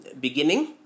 beginning